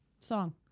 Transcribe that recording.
Song